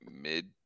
mid